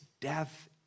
death